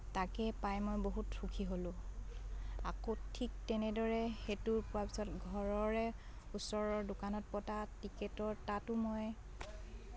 তাকে পাই মই বহুত সুখী হ'লোঁ আকৌ ঠিক তেনেদৰে সেইটো পোৱা পিছত ঘৰৰে ওচৰৰ দোকানত পতা টিকেটৰ তাতো মই